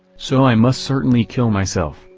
so i must certainly kill myself,